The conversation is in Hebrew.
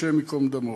השם ייקום דמו,